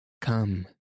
Come